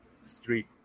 street